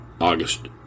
August